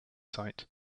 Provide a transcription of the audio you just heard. site